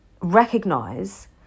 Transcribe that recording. recognize